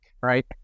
right